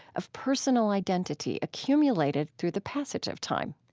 of personal identity accumulated through the passage of time.